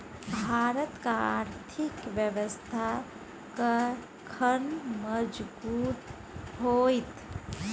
भारतक आर्थिक व्यवस्था कखन मजगूत होइत?